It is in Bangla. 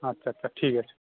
আচ্ছা আচ্ছা ঠিক আছে